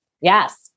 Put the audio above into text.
Yes